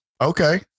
Okay